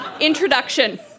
Introduction